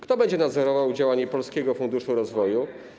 Kto będzie nadzorował działanie Polskiego Funduszu Rozwoju?